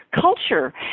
culture